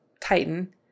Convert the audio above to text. tighten